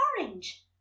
orange